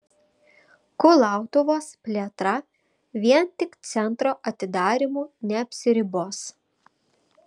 kulautuvos plėtra vien tik centro atidarymu neapsiribos